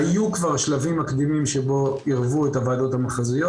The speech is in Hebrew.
היו כבר שלבים מקדימים שבהם ערבו את הוועדות המחוזיות